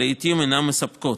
ולעיתים אינן מספקות,